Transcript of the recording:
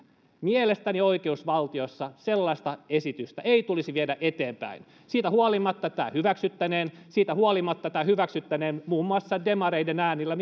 mielestäni oikeusvaltiossa sellaista esitystä ei tulisi viedä eteenpäin siitä huolimatta tämä hyväksyttäneen siitä huolimatta tämä hyväksyttäneen muun muassa demareiden äänillä